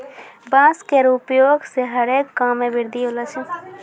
बांस केरो उपयोग सें हरे काम मे वृद्धि होलो छै